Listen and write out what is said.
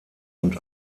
und